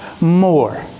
more